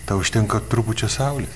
tau užtenka trupučio saulės